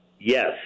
Yes